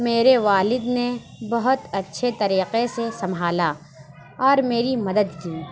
میرے والد نے بہت اچھے طریقے سے سنبھالا اور میری مدد کی